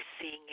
seeing